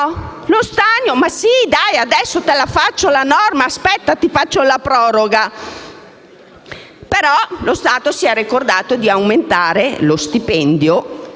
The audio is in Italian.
poi però si è ricordato di aumentare lo stipendio